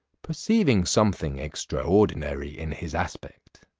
perceiving something extraordinary in his aspect,